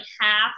half